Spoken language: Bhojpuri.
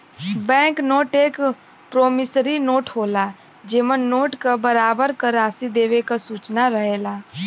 बैंक नोट एक प्रोमिसरी नोट होला जेमन नोट क बराबर क राशि देवे क सूचना रहेला